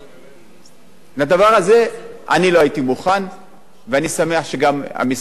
לדבר הזה אני לא הייתי מוכן ואני שמח שגם המשרד הצטרף.